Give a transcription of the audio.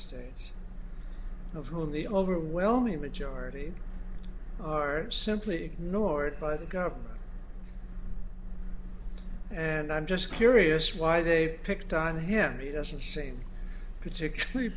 states of whom the overwhelming majority are simply ignored by the government and i'm just curious why they picked on him he doesn't seem particularly